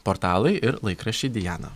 portalai ir laikraščiai diana